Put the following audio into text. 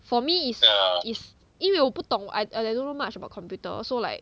for me is is 因为我不懂 I and I don't know much about computer so like